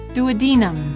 Duodenum